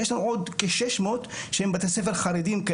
יש לנו עוד כ-600 שהם בתי ספר חרדים,